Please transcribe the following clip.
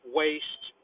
waste